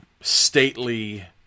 stately